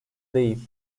değil